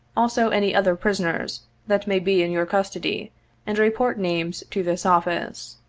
also any other prisoners that may be in your custody and report names to this office.